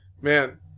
Man